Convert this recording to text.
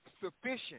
sufficient